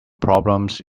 problems